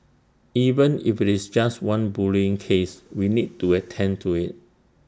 even if it's just one bullying case we need to attend to IT